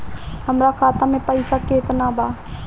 हमरा खाता में पइसा केतना बा?